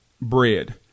bread